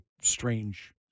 strange